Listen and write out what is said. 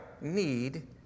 need